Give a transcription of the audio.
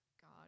God